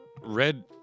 Red